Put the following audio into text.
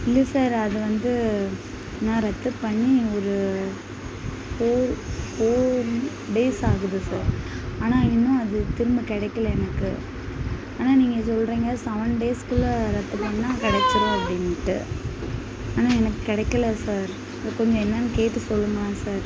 இல்லை சார் அது வந்து நான் ரத்து பண்ணி ஒரு ஃபோர் ஃபோர் டேஸ் ஆகுது சார் ஆனால் இன்னும் அது திரும்ப கிடைக்கல எனக்கு ஆனால் நீங்கள் சொல்கிறிங்க செவன் டேஸ்க்குள்ள ரத்து பண்ணால் கிடச்சிரும் அப்படின்ட்டு ஆனால் எனக்கு கிடைக்கல சார் கொஞ்சம் என்னன்னு கேட்டு சொல்லுங்கள் சார்